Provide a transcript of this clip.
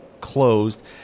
closed